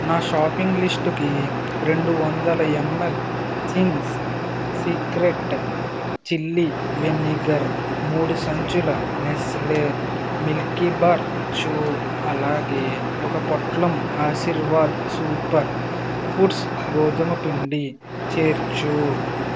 నా షాపింగ్ లిస్టుకి రెండు వందల ML things secret chilli vinegar మూడు సంచుల నెస్లే మిల్కీబార్ చూ అలాగే ఒక పొట్లం ఆశీర్వాద్ సూపర్ ఫూడ్స్ గోధుమ పిండి చేర్చు